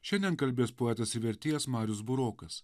šiandien kalbės poetas ir vertėjas marius burokas